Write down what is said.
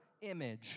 image